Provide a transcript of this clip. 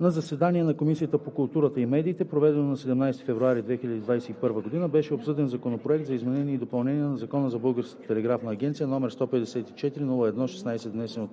На заседание на Комисията по културата и медиите, проведено на 17 февруари 2021 г., беше обсъден Законопроект за изменение и допълнение на Закона за Българската телеграфна агенция, № 154 01 16,